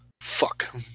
Fuck